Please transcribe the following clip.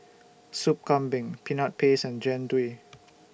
Soup Kambing Peanut Paste and Jian Dui